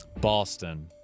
Boston